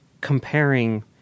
comparing